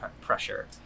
pressure